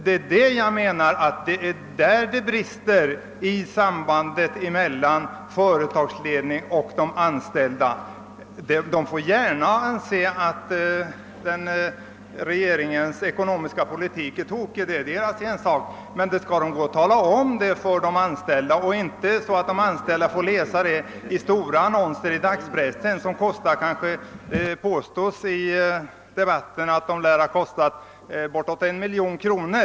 Det är där det brister i sambandet mellan företagsledning och anställda. Företagarna får gärna anse att regeringens ekonomiska po litik är tokig — det är deras ensak — men då skall de tala om det för de anställda och inte bara låta dessa läsa det i stora annonser i dagspressen, som etter vad det påstås i debatten kostar bortåt en miljon kronor.